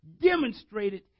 demonstrated